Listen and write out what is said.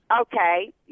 Okay